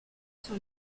sur